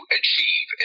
achieve